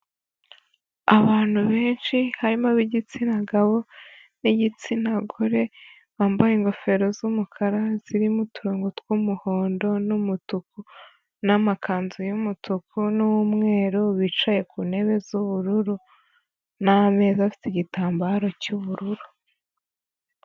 Abantu benshi harimo ab'igitsina gabo n'igitsina gore, bambaye ingofero z'umukara zirimo uturongo tw'umuhondo n'umutuku n'amakanzu y'umutuku n'umweru, bicaye ku ntebe z'ubururu n'ameza afite igitambaro cy'ubururu.